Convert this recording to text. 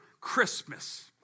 Christmas